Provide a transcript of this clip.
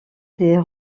des